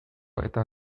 eta